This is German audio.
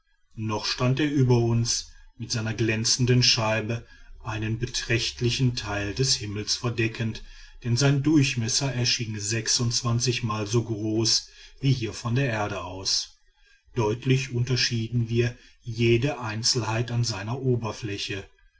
noch stand er über uns mit seiner glänzenden scheibe einen beträchtlichen teil des himmels verdeckend denn sein durchmesser erschien mal so groß wie hier von der erde aus deutlich unterschieden wir jede einzelheit an seiner oberfläche